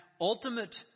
ultimate